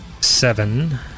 seven